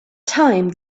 time